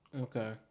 Okay